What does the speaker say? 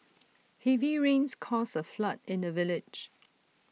heavy rains caused A flood in the village